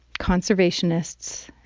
conservationists